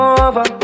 over